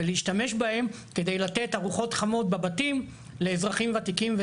ולהשתמש בהם כדי לתת ארוחות חמות בבתים לאזרחים וותיקים,